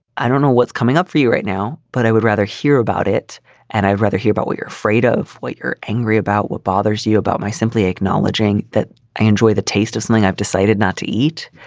i don't know what's coming up for you right now, but i would rather hear about it and i'd rather hear about what you're afraid of, what you're angry about, what bothers you about my simply acknowledging that i enjoy the taste of something i've decided not to eat.